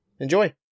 Enjoy